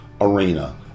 arena